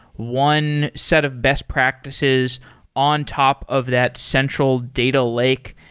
one set of best practices on top of that central data lake.